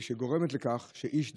מה שגורם לכך שאיש דתי,